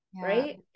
right